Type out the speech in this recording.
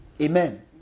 Amen